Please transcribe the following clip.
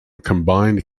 combined